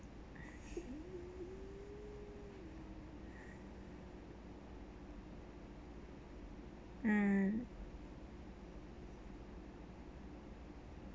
mm